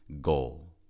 goal